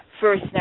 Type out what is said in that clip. first